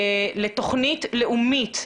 לתוכנית לאומית,